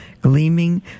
gleaming